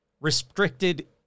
restricted